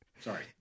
Sorry